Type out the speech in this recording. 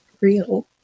real